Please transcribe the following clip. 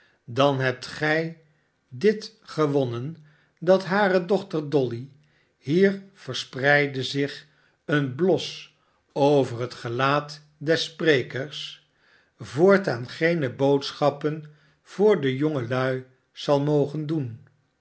dan hebt gij dit gewonncn dat hare dochter dolly hier verspreidde zich een bios over het gelaat des sprekers voortaan geene boodschappen voor de jongelui zal mogen doen